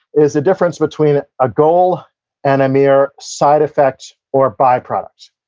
is the difference between a goal and a mere side effect or byproduct.